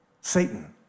Satan